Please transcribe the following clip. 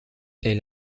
elle